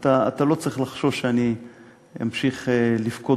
אתה לא צריך לחשוש שאני אמשיך לפקוד